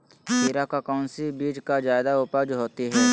खीरा का कौन सी बीज का जयादा उपज होती है?